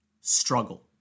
Struggle